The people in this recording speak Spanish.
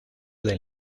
del